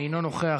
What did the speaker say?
אינו נוכח,